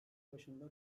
başında